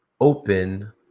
open